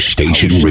Station